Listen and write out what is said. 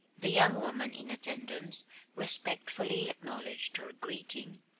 the young woman in attendance respectfully acknowledged her greeting,